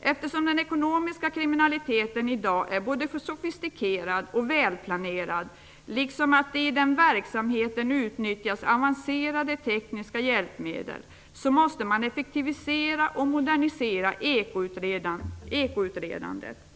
Eftersom den ekonomiska kriminaliteten i dag är både sofistikerad och välplanerad samtidigt som det i den verksamheten utnyttjas avancerade tekniska hjälpmedel, måste man effektivisera och modernisera ekoutredandet.